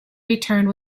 returned